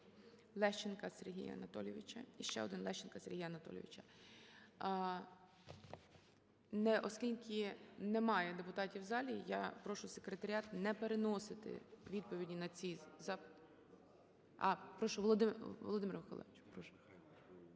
Лещенка Сергія Анатолійовича. Оскільки немає депутатів в залі, я прошу Секретаріат не переносити відповіді на ці запити… (Шум у залі) А, прошу. Володимире Миколайовичу,